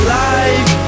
life